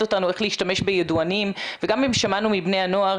אותנו איך להשתמש בידוענים וגם אם שמענו מבני הנוער,